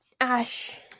Ash